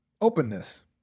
openness